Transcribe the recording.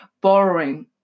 borrowing